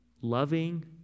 loving